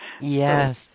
yes